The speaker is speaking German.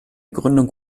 gründung